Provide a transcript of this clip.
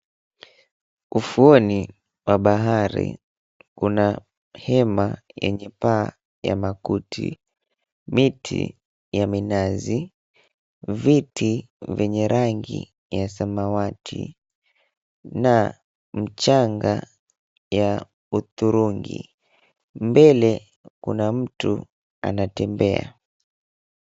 Ufuoni wa bahari. Kuna hema yenye paa ya makuti, miti ya minazi, viti vyenye rangi ya samawati, na mchanga ya hudhurungi. Mbele kuna mtu anatembea.